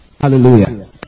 Hallelujah